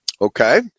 okay